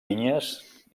vinyes